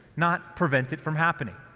not prevent it from happening.